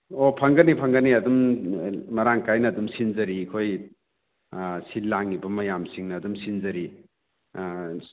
ꯑꯣ ꯐꯪꯒꯅꯤ ꯐꯪꯒꯅꯤ ꯑꯗꯨꯝ ꯃꯔꯥꯡ ꯀꯥꯏꯗ ꯑꯗꯨꯝ ꯁꯤꯟꯖꯔꯤ ꯑꯩꯈꯣꯏ ꯁꯤꯜ ꯂꯥꯛꯏꯕ ꯃꯌꯥꯝꯁꯤꯡꯅ ꯑꯗꯨꯝ ꯁꯤꯟꯖꯔꯤ